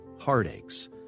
heartaches